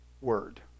word